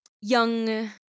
young